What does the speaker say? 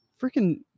Freaking